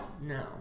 No